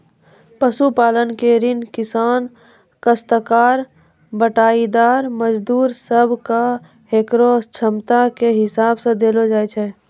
पशुपालन के ऋण किसान, कास्तकार, बटाईदार, मजदूर सब कॅ होकरो क्षमता के हिसाब सॅ देलो जाय छै